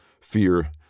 fear